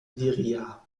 viriat